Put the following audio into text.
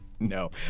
No